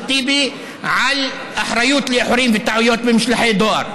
טיבי על אחריות לאיחורים וטעויות במשלוחי דואר.